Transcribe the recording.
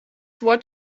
what